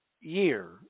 year